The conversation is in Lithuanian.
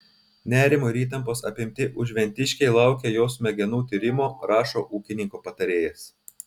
nerimo ir įtampos apimti užventiškiai laukia jos smegenų tyrimo rašo ūkininko patarėjas